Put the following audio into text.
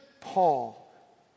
Paul